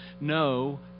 no